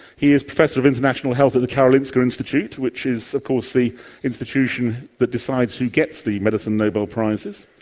he is professor of international health at the karolinska institute, which is of course the institution that decides who gets the medicine nobel prizes.